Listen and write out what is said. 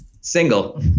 Single